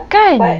kan